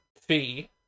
fee